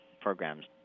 programs